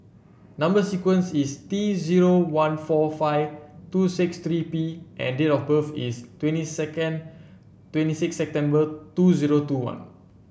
number sequence is T zero one four five two six three P and date of birth is twenty second twenty six September two zero two one